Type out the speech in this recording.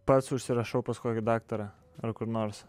pats užsirašau pas kokį daktarą ar kur nors